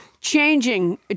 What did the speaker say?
changing